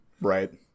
Right